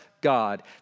God